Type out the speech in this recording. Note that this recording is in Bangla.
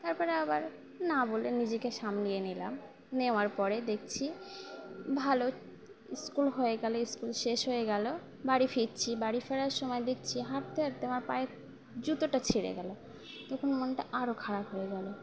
তারপরে আবার না বলে নিজেকে সামলিয়ে নিলাম নেওয়ার পরে দেখছি ভালো স্কুল হয়ে গেলো স্কুল শেষ হয়ে গেলো বাড়ি ফিরছি বাড়ি ফেরার সময় দেখছি হাটতে হাটতে আমার পায়ে জুতোটা ছিড়ে গেলো তখন মনটা আরও খারাপ হয়ে গেলো